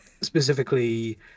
specifically